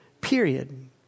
Period